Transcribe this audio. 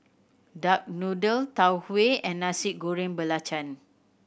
duck noodle Tau Huay and Nasi Goreng Belacan